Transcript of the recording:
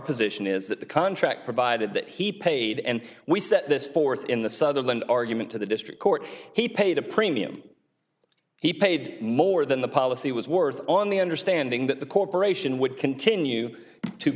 position is that the contract provided that he paid and we set this forth in the sutherland argument to the district court he paid a premium he paid more than the policy was worth on the understanding that the corporation would continue to